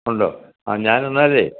ഉണ്ടോ ആ ഞാൻ എന്നാലേ